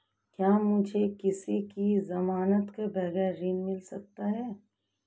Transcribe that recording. क्या मुझे किसी की ज़मानत के बगैर ऋण मिल सकता है?